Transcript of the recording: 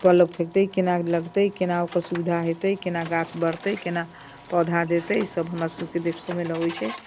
पल्लव फेँकतै केना लगतै केना ओकर सुविधा हेतै केना गाछ बढ़तै केना पौधा देतै सभ हमरा सभके देखैमे लगै छै